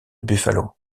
buffalo